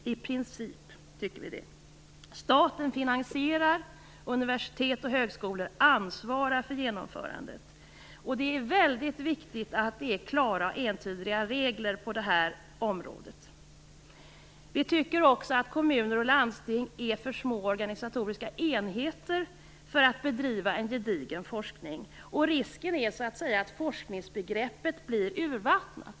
Staten finansierar universitet och högskolor och ansvarar för genomförandet. Det är väldigt viktigt att det finns klara och entydiga regler på det här området. Vi tycker också att kommuner och landsting är för små organisatoriska enheter för att bedriva en gedigen forskning. Risken är att forskningsbegreppet så att säga blir urvattnat.